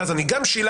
אז אני גם שילמתי,